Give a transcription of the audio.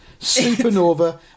Supernova